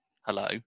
hello